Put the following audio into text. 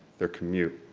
their commute.